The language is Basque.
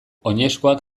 oinezkoak